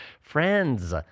Friends